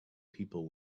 people